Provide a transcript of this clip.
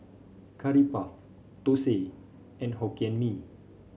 Curry Puff thosai and Hokkien Mee